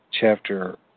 Chapter